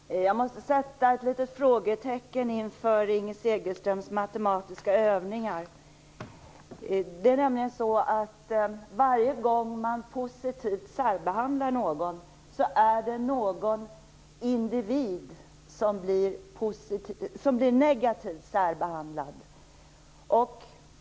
Fru talman! Jag måste sätta ett litet frågetecken inför Inger Segelströms matematiska övningar. Varje gång man positivt särbehandlar någon är det någon annan individ som blir negativt särbehandlad.